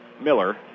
Miller